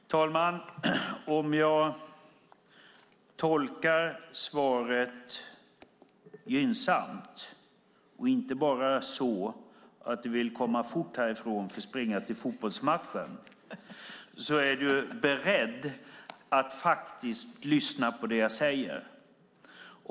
Herr talman! Om jag tolkar svaret gynnsamt - och inte bara så att du vill komma fort härifrån för att springa till fotbollsmatchen - är du beredd att faktiskt lyssna på det jag säger.